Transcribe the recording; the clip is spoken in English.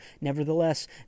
Nevertheless